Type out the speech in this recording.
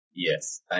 Yes